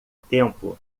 tempo